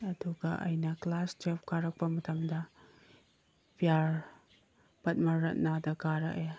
ꯑꯗꯨꯒ ꯑꯩꯅ class twelve ꯀꯥꯔꯛꯄ ꯃꯇꯝꯗ ꯄꯤꯌꯔ ꯄꯠꯃꯔꯠꯅꯗꯥ ꯀꯥꯔꯛꯑꯦ